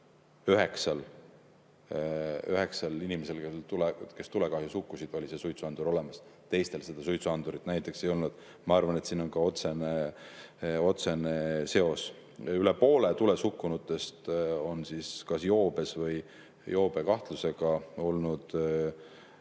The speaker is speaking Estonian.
9 inimesel, kes tulekahjus hukkusid, oli suitsuandur olemas, teistel suitsuandurit ei olnud. Ma arvan, et siin on ka otsene seos. Üle poole tules hukkunutest on olnud kas joobes või joobekahtlusega isikud